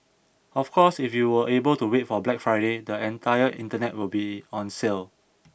of course if you are able to wait for Black Friday the entire internet will be on sale